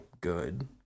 good